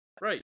Right